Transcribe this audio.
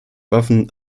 waffen